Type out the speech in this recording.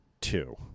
two